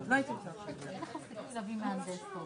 לא מצליחים לחיות בכבוד וכמו שאמרתי,